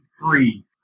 three